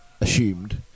assumed